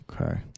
okay